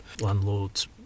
landlord's